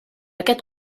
aquest